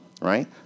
right